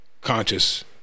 conscious